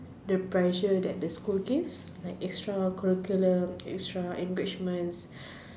the pressure that the school give like extra curriculum extra enrichment